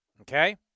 Okay